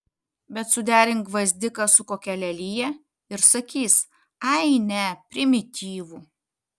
bet suderink gvazdiką su kokia lelija ir sakys ai ne primityvu